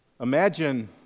Imagine